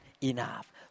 enough